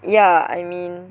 yeah I mean